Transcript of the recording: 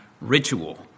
Ritual